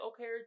Okay